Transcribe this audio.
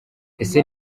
ese